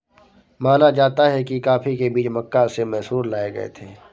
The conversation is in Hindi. माना जाता है कि कॉफी के बीज मक्का से मैसूर लाए गए थे